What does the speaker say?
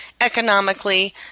economically